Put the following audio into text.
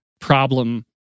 problem